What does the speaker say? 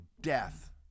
death